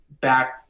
Back